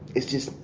it's just.